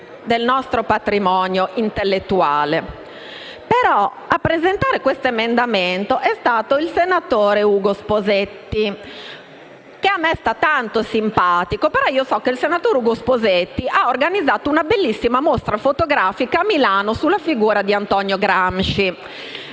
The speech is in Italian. simpatico, so che ha organizzato una bellissima mostra fotografica, a Milano, sulla figura di Antonio Gramsci: